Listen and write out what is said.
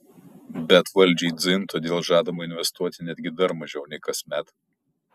bet valdžiai dzin todėl žadama investuoti netgi dar mažiau nei kasmet